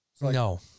No